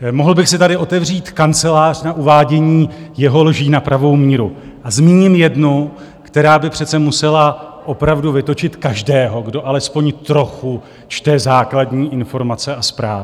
Mohl bych si tady otevřít kancelář na uvádění jeho lží na pravou míru a zmíním jednu, která by přece musela opravdu vytočit každého, kdo alespoň trochu čte základní informace a zprávy.